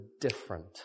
different